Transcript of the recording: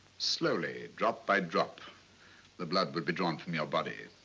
slowly, drop-by-drop the blood would be drawn from your body.